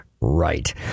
right